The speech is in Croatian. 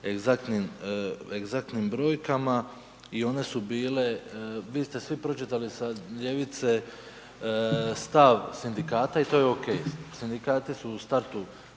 egzaktnim brojkama i one su bile, vi ste svi pročitali sa ljevice stav sindikata i to je ok. Sindikati su u startu